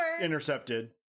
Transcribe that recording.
Intercepted